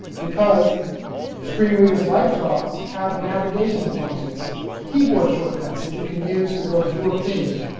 because screen readers like jaws have navigation functions keyboard shortcuts that you can use to go through a ph